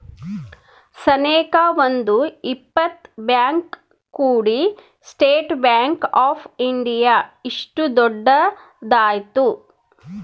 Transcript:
ಸನೇಕ ಒಂದ್ ಇಪ್ಪತ್ ಬ್ಯಾಂಕ್ ಕೂಡಿ ಸ್ಟೇಟ್ ಬ್ಯಾಂಕ್ ಆಫ್ ಇಂಡಿಯಾ ಇಷ್ಟು ದೊಡ್ಡದ ಆಯ್ತು